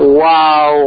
wow